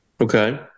Okay